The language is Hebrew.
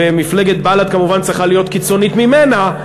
ומפלגת בל"ד כמובן צריכה להיות קיצונית ממנה,